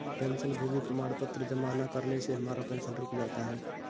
पेंशनभोगी प्रमाण पत्र जमा न करने से हमारा पेंशन रुक जाता है